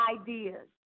ideas